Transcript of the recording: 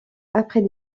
après